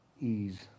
ease